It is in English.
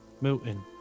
Milton